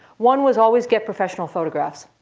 one was always get professional photographs.